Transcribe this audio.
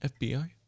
FBI